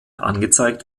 angezeigt